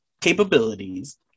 capabilities